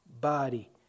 body